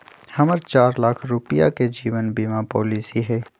हम्मर चार लाख रुपीया के जीवन बीमा पॉलिसी हई